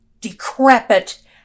decrepit